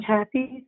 Happy